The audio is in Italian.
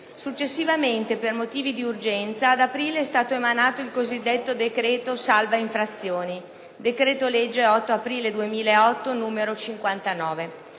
Successivamente, per motivi di urgenza, ad aprile è stato emanato il cosiddetto decreto salva-infrazioni (decreto-legge 8 aprile 2008, n. 59),